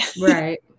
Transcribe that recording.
right